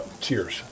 Cheers